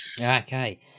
okay